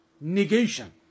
negation